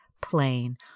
plain